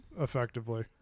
effectively